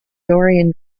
dorian